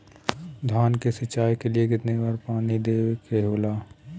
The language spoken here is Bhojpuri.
धान की सिंचाई के लिए कितना बार पानी देवल के होखेला?